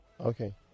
Okay